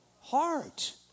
heart